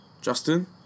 Justin